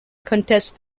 contest